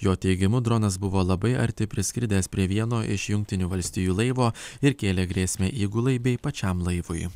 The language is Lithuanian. jo teigimu dronas buvo labai arti priskridęs prie vieno iš jungtinių valstijų laivo ir kėlė grėsmę įgulai bei pačiam laivui